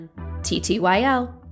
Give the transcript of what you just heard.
TTYL